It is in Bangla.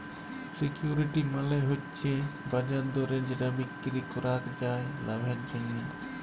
সিকিউরিটি মালে হচ্যে বাজার দরে যেটা বিক্রি করাক যায় লাভের জন্যহে